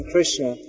Krishna